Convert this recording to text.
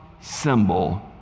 symbol